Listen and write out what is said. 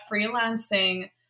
freelancing